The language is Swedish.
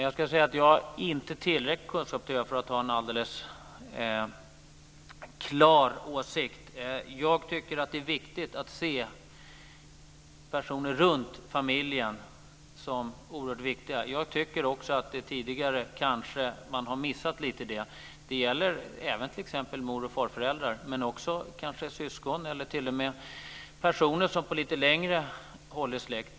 Herr talman! Jag har inte tillräcklig kunskap för att ha en alldeles klar åsikt. Jag tycker att det är viktigt att se personer runt familjen som oerhört viktiga. Jag tycker också att man tidigare kanske har missat lite i det. Det gäller t.ex. mor och farföräldrar men kanske också syskon eller t.o.m. personer som på lite längre håll är släkt.